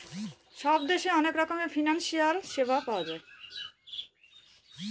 সব দেশে অনেক রকমের ফিনান্সিয়াল সেবা পাওয়া যায়